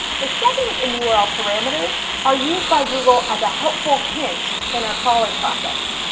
the settings in the url parameters are used by google as a helpful hint in our crawling process.